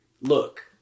look